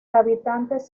habitantes